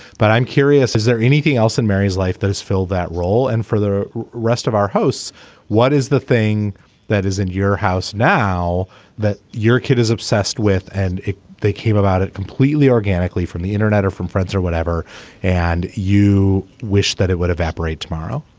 but i'm curious is there anything else in mary's life that is fill that role and for the rest of our hosts what is the thing that is in your house now that your kid is obsessed with and they came about it completely organically from the internet or from friends or whatever and you wish that it would evaporate tomorrow